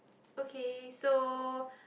okay so